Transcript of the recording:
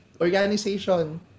organization